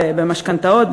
במשכנתאות,